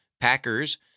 packers